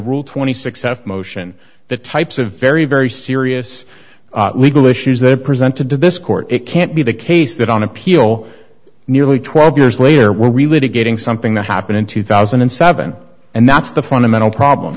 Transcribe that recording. rule twenty six f motion the types of very very serious legal issues that are presented to this court it can't be the case that on appeal nearly twelve years later we're really getting something that happened in two thousand and seven and that's the fundamental problem